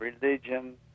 religion